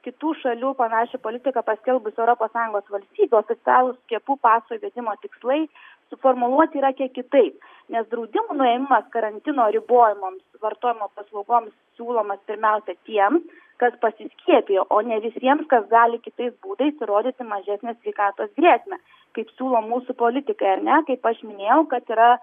kitų šalių panašią politiką paskelbus europos sąjungos valstybių oficialūs skiepų paso įvedimo tikslai suformuluoti yra kiek kitaip nes draudimų nuėmimas karantino ribojimams vartojama paslaugoms siūloma pirmiausia tiems kas pasiskiepijo o ne visiems kas gali kitais būdais įrodyti mažesnę sveikatos grėsmę kaip siūlo mūsų politikai ar ne kaip aš minėjau kad yra